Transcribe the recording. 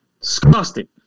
Disgusting